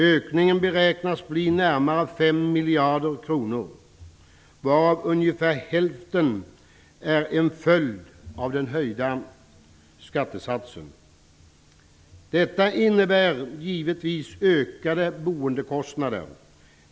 Ökningen beräknas bli närmare 5 miljarder kronor, varav ungefär hälften är en följd av den höjda skattesatsen. Detta innebär givetvis ökade boendekostnader.